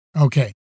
Okay